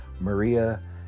Maria